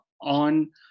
on